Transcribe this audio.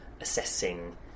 assessing